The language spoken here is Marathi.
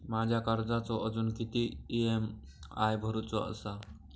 माझ्या कर्जाचो अजून किती ई.एम.आय भरूचो असा?